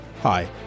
Hi